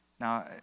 Now